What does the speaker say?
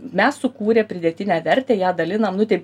mes sukūrę pridėtinę vertę ją dalinam nu taip